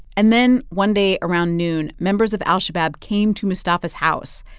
and then one day around noon, members of al-shabab came to mustafa's house.